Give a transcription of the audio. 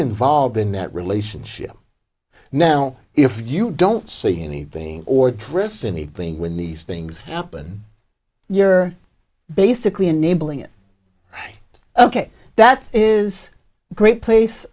involved in that relationship now if you don't say anything or address anything when these things happen you're basically enabling it ok that is a great place